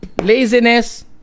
laziness